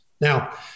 Now